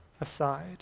aside